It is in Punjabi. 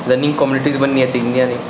ਰੰਨਿੰਗ ਕਮਿਊਨਿਟੀਜ਼ ਬਣਨੀਆ ਚਾਹੀਦੀਆ ਨੇ